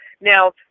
Now